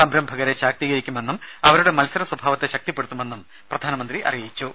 സംരംഭകരെ ശാക്തീകരിക്കുമെന്നും അവരുടെ മത്സര സ്വഭാവത്തെ ശക്തിപ്പെടുത്തുമെന്നും പ്രധാനമന്ത്രി അറിയിച്ചു